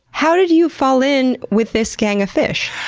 how did you fall in with this gang of fish?